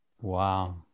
Wow